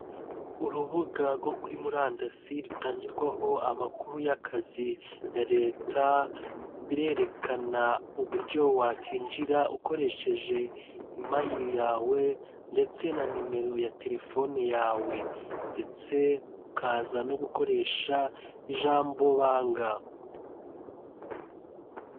Urubuga rwo kuri murandasi rutangirwaho amakuru y'akazi ya leta, birerekana uburyo wakinjira ukoresheje imayili yawe ndetse na nimero ya telefone yawe ndetse ukaza no gukoresha ijambo banga.